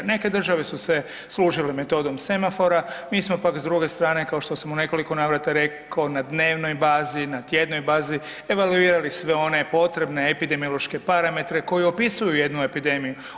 Neke države su se služile metodom semafora, mi smo pak, s druge strane, kao što sam u nekoliko navrata rekao, na dnevnoj bazi, na tjednoj bazi evaluirali sve one potrebne epidemiološke parametre koji opisuju jednu epidemiju.